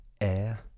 air